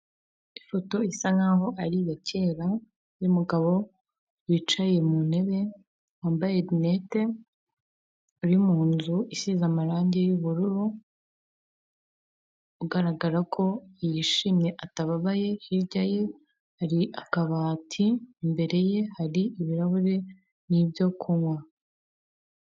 Ifoto isa nkaho ariya kera y'umugabo wicaye mu ntebe wambaye rinete uri mu nzu isize amarangi y'ubururu ugaragara ko yishimye atababaye hirya ye hari akabati imbere ye hari ibirahure nibyo kunywa.